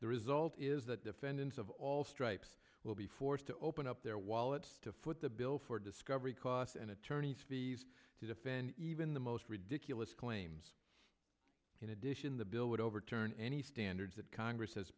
the result is that defendants of all stripes will be forced to open up their wallets to foot the bill for discovery costs and attorneys fees to defend even the most ridiculous claims in addition the bill would overturn any standards that congress has